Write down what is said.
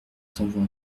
t’envoie